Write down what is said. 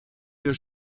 wir